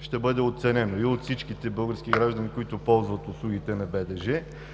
ще бъде оценено и от всичките български граждани, които ползват услугите на БДЖ,